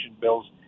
bills